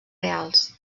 reals